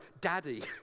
daddy